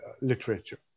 literature